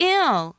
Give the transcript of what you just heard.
ill